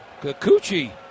Kikuchi